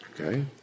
Okay